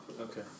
okay